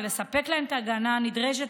ולספק להם את ההגנה הנדרשת,